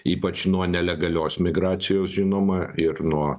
ypač nuo nelegalios migracijos žinoma ir nuo